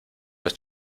los